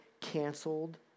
canceled